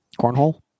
cornhole